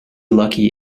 lucky